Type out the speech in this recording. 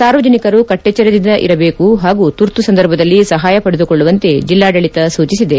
ಸಾರ್ವಜನಿಕರು ಕಟ್ಟಿಚ್ಚರದಿಂದ ಇರಬೇಕು ಹಾಗೂ ತುರ್ತು ಸಂದರ್ಭದಲ್ಲಿ ಸಹಾಯ ಪಡೆದುಕೊಳ್ಳುವಂತೆ ಜಿಲ್ಲಾಡಳಿತ ಸೂಚಿಸಿದೆ